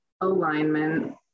alignment